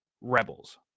rebels